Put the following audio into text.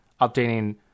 updating